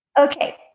Okay